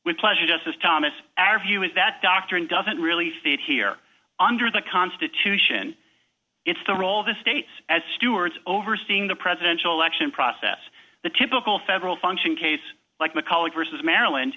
with pleasure justice thomas our view is that doctrine doesn't really fit here under the constitution it's the role of the states as stewards overseeing the presidential election process the typical federal function case like mccauley versus maryland